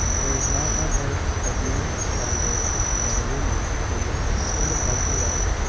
there is not on earth a being stronger than a woman in the concealment of her love.